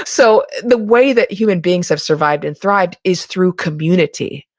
so the way that human beings have survived and thrive is through community.